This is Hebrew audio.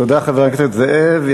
תודה, חבר הכנסת זאב.